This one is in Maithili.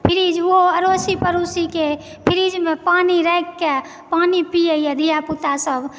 फ्रीज उहो अड़ोसी पड़ोसीके फ्रीज मे पानी राखिके पानी पियैए धियापुता सब